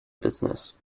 business